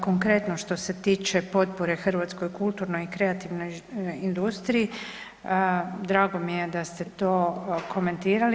Konkretno što se tiče potpore hrvatskoj kulturnoj i kreativnoj industriji drago mi je da ste to komentirali.